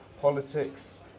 politics